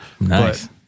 Nice